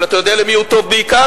אבל אתה יודע למי הוא טוב בעיקר?